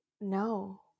No